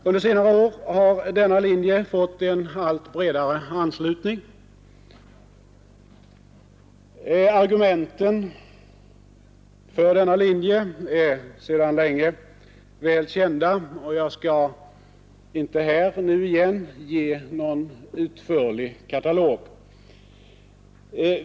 Under senare år har denna linje fått en allt bredare anslutning. Argumenten för den är sedan länge väl kända, och jag skall inte här nu igen ge någon utförlig katalog.